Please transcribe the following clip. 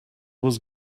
was